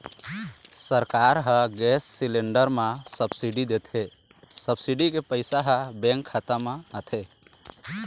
सरकार ह gas cylinder म सब्सिडी देथे, सब्सिडी के पइसा ह बेंक खाता म आथे